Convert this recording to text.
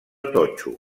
totxo